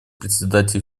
председателя